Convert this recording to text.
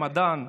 המדען,